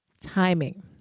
Timing